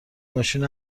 ماشین